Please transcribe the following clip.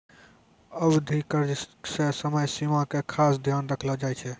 अवधि कर्ज मे समय सीमा के खास ध्यान रखलो जाय छै